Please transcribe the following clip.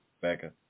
Becca